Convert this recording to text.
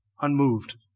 Unmoved